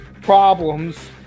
problems